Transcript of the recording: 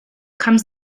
comes